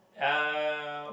uh